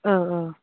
औ औ